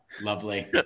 lovely